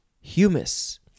humus